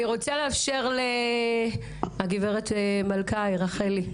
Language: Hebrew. אני רוצה לאפשר לגברת רחל מלקאי.